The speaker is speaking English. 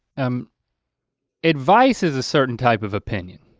um advice is a certain type of opinion.